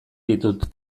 ditut